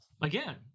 Again